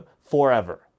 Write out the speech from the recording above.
forever